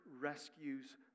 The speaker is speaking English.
rescues